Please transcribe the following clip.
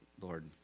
Lord